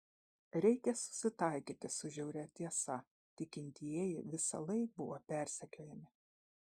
reikia susitaikyti su žiauria tiesa tikintieji visąlaik buvo persekiojami